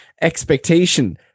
expectation